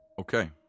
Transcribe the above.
Okay